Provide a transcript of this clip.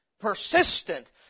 Persistent